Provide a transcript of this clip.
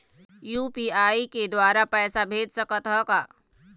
UPI के द्वारा पैसा भेज सकत ह का?